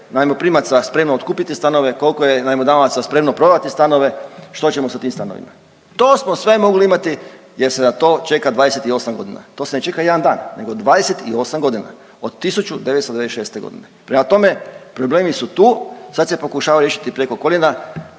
najmoprimaca spremno otkupiti stanove, koliko je najmodavaca spremno prodati stanove, što ćemo sa tim stanovima. To smo sve mogli imati jer se na to čeka 28 godina. To se ne čeka 1 dan nego 28 godina, od 1996. godine. Prema tome problemi su tu, sad se pokušavaju riješiti preko koljena,